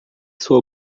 sua